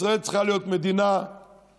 ישראל צריכה להיות מדינה חכמה,